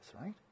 right